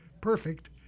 perfect